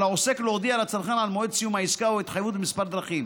על העוסק להודיע לצרכן על מועד סיום העסקה או ההתחייבות בכמה דרכים: